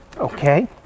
Okay